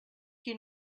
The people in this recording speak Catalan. qui